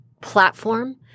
platform